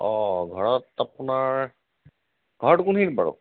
অঁ ঘৰত আপোনাৰ ঘৰটো কোনখিনিত বাৰু